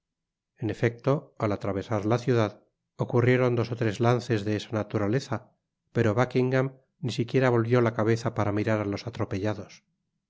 en efecto al atravesar la ciudad ocurrieron dos ó tres lances de esa naturaleza pero buckingam ni siquiera volvió la cabeza para mirar á los atropellados